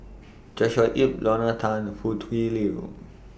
Joshua Ip Lorna Tan Foo Tui Liew